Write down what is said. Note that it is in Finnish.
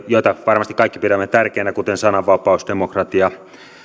joita varmasti kaikki pidämme tärkeinä kuten sananvapaus demokratia